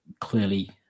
clearly